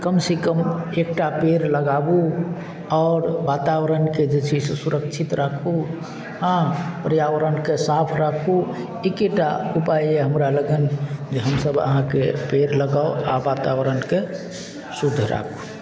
कम सँ कम एकटा पेड़ लगाबू आओर वातावरणके जे छै से सुरक्षित राखू हँ पर्यावरणके साफ राखू एकेटा उपाय हमरा लगन जे हमसब अहाँके पेड़ लगाउ आओर वातावरणके शुद्ध राखू